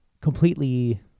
completely